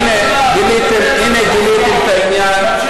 הנה, גיליתם את העניין, מה אתה מקשקש.